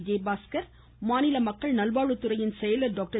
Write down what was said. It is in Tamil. விஜயபாஸ்கர் மாநில மக்கள்நல்வாழ்த்துறை செயலர் டாக்டர்